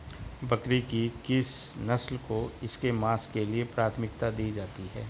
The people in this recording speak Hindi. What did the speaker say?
बकरी की किस नस्ल को इसके मांस के लिए प्राथमिकता दी जाती है?